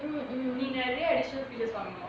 நீ நெறய:nee nerayaa additional features வாங்கணும்:vaanganum